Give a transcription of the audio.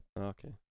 Okay